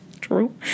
True